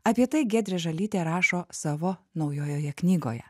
apie tai giedrė žalytė rašo savo naujojoje knygoje